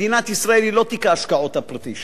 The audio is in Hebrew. מדינת ישראל היא לא תיק ההשקעות הפרטי שלו,